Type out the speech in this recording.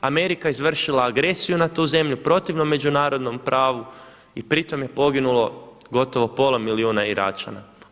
Amerika je izvršila agresiju na tu zemlju protivno međunarodnom pravu i pritom je poginulo gotovo pola milijuna Iračana.